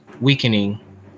weakening